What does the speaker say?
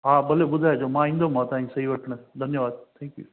हा भले ॿुधाइजो मां ईंदुमि मां तव्हांजी सही वठणु धन्यवाद थेंक्यू